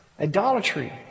Idolatry